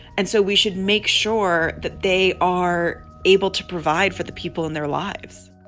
and so we should make sure that they are able to provide for the people in their lives